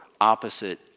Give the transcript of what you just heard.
opposite